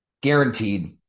guaranteed